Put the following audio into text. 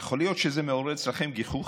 יכול להיות שזה מעורר אצלכם גיחוך,